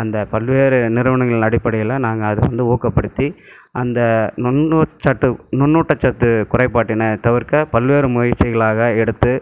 அந்த பல்வேறு நிறுவனங்கள் அடிப்படையில் நாங்கள் அத வந்து ஊக்கப்படுத்தி அந்த நுன்னூ சத்து நுன்னூட்ட சத்து குறைபாட்டினை தவிர்க்க பல்வேறு முயற்சிகளாக எடுத்து